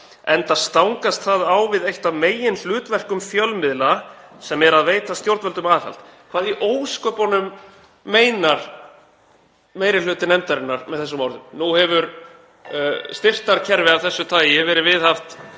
enda stangast það á við eitt af meginhlutverkum fjölmiðla sem er að veita stjórnvöldum aðhald.“ Hvað í ósköpunum meinar meiri hluti nefndarinnar með þessum orðum? Nú hefur styrktarkerfi af þessu tagi (Forseti